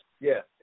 Yes